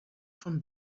from